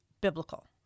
biblical